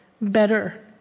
better